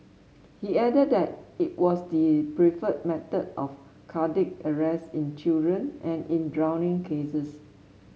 he added that it was the preferred method of cardiac arrest in children and in drowning cases